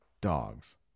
dogs